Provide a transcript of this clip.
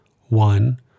one